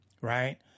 right